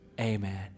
amen